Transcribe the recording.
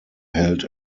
held